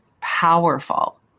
powerful